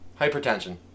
Hypertension